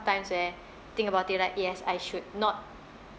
sometimes where think about it like yes I should not